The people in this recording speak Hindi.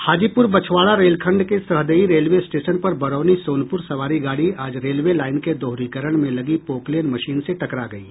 हाजीपुर बछवाड़ा रेलखंड के सहदेई रेलवे स्टेशन पर बरौनी सोनपुर सवारी गाड़ी आज रेलवे लाईन के दोहरीकरण में लगी पोकलेन मशीन से टकरा गयी